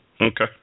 Okay